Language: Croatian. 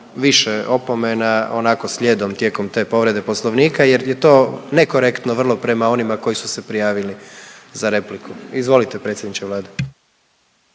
više opomena onako slijedom tijekom te povrede poslovnika jer je to nekorektno vrlo prema onima koji su se prijavili za repliku. Izvolite predsjedniče Vlade.